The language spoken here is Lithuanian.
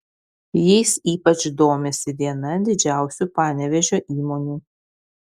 jais ypač domisi viena didžiausių panevėžio įmonių